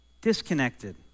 disconnected